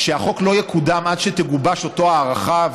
שהחוק לא יקודם עד שתגובש אותה הערכה.